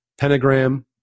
Pentagram